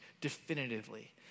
definitively